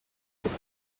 hamwe